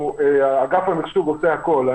אגף המחשוב עושה הכול.